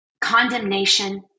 condemnation